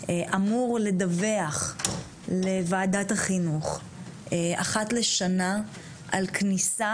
אמור לדווח לוועדת החינוך אחת לשנה על כניסה